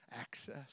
access